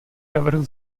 navrhl